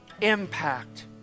impact